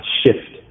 shift